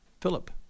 Philip